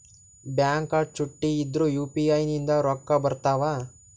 Bank ಚುಟ್ಟಿ ಇದ್ರೂ UPI ನಿಂದ ರೊಕ್ಕ ಬರ್ತಾವಾ?